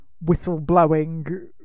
whistle-blowing